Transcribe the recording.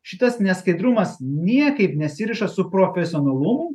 šitas neskaidrumas niekaip nesiriša su profesionalumu